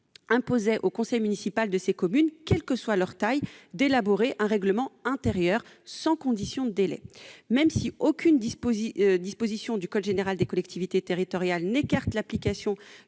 imposait au conseil municipal de ces communes, quelle que soit leur taille, d'élaborer un règlement intérieur sans condition de délai. Même si aucune disposition du code général des collectivités territoriales n'écarte l'application